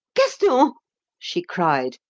gaston! she cried,